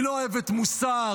היא לא אוהבת מוסר,